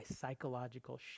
psychological